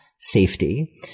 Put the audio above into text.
safety